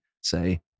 say